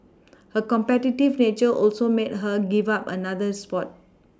her competitive nature also made her give up another sport